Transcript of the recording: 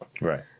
Right